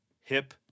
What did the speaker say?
hip